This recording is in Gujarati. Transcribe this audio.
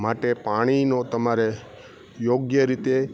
માટે પાણીનો તમારે યોગ્ય રીતે